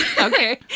Okay